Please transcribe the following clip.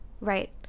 right